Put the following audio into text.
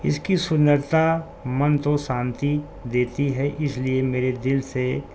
اس کی سنرتا من تو سانتی دیتی ہے اس لیے میرے دل سے